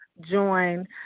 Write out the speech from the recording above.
join